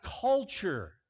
culture